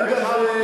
לא.